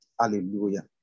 Hallelujah